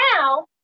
now